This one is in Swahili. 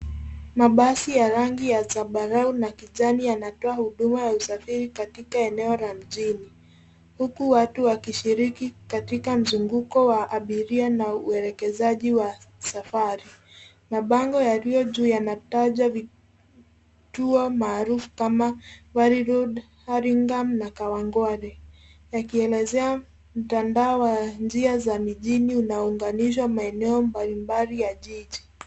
Mabasi ya rangi ya zambarau na kijani yanatoa huduma ya usafiri katika eneo la mjini. Huku watu wakishiriki katika mzunguko wa abiria na uelekezaji wa safari. Mabango yaliyo juu yanataja vituo maarufu kama Wally Road, Haringam, na Kawangware. Yakielezea mtandao wa njia za mijini unaounganisha maeneo mbalimbali ya jiji.